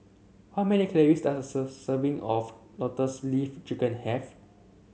how many calories does a sir serving of Lotus Leaf Chicken have